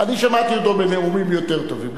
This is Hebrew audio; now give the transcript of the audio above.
אני שמעתי אותו בנאומים יותר טובים.